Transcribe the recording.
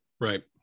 Right